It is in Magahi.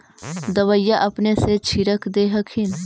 दबइया अपने से छीरक दे हखिन?